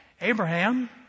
Abraham